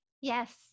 Yes